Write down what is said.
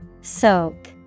Soak